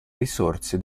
risorse